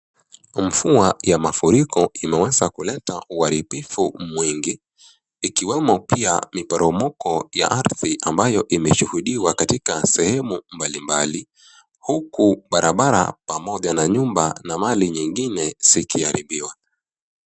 Mvua ya mafuriko imeweza kuleta uharibufu mwingi. Ikiwemo pia miporomoko ya ardhi ambayo imeshuhudiwa katika sehemu mbalimbali. Huku barabara pamoja na nyumba na mali nyingine zikiharibiwa.